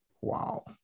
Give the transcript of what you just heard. Wow